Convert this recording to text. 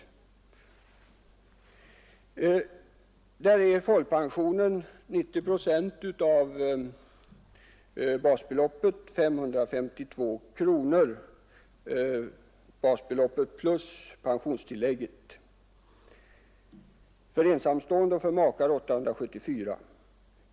Jag finner då att folkpensionen var 90 procent av basbeloppet plus pensionstillskott, dvs. 552 kronor för ensamstående och 874 för makar.